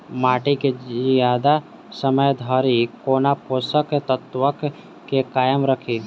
माटि केँ जियादा समय धरि कोना पोसक तत्वक केँ कायम राखि?